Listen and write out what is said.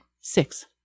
Six